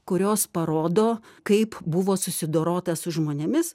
kurios parodo kaip buvo susidorota su žmonėmis